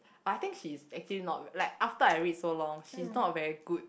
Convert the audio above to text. but I think she's actually not bad like after I read so long she's not a very good